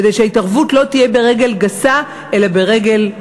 כדי שההתערבות לא תהיה ברגל גסה אלא ברגל,